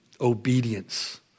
obedience